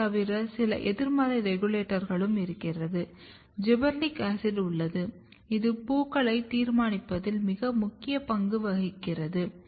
அதை தவிர சில எதிர்மறை ரெகுலேட்டர்களும் இருக்கிறது ஜிபெர்லிக் ஆசிட் உள்ளது இது பூக்களை தீர்மானிப்பதில் மிக முக்கிய பங்கு வகிக்கிறது